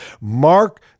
Mark